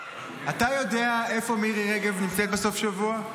אתה יודע איפה מירי רגב נמצאת בסופשבוע?